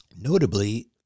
notably